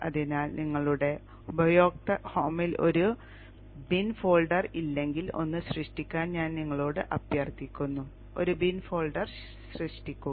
അതിനാൽ നിങ്ങളുടെ ഉപയോക്തൃ ഹോമിൽ ഒരു ബിൻ ഫോൾഡർ ഇല്ലെങ്കിൽ ഒന്ന് സൃഷ്ടിക്കാൻ ഞാൻ നിങ്ങളോട് അഭ്യർത്ഥിക്കുന്നു ഒരു ബിൻ ഫോൾഡർ സൃഷ്ടിക്കുക